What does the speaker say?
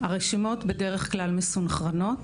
הרשימות בדרך כלל מסונכרנות,